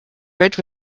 bridge